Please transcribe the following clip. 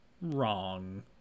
wrong